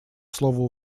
слово